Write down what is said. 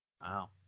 Wow